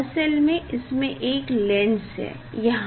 असल में इसमे एक लेंस है यहाँ